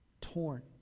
torn